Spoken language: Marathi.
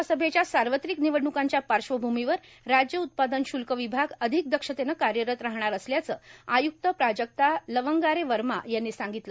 लोकसभेच्या सावत्रिक र्निवडण्कांच्या पाश्वभूमीवर राज्य उत्पादन शुल्क र्विभाग अधिक दक्षतेनं कायरत राहणार असल्याचं आयुक्त प्राजक्ता लवंगारे वमा यांनी सांगतलं